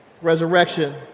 Resurrection